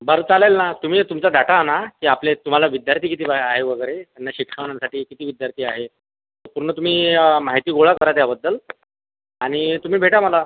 बरं चालेल ना तुम्ही तुमचा डाटा आणा ते आपले तुम्हाला विद्यार्थी किती बा आहे वगैरे नं शिक्षणासाठी किती विद्यार्थी आहे पूर्ण तुम्ही माहिती गोळा करा त्याबद्दल आणि तुम्ही भेटा मला